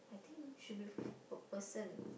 I think should be per person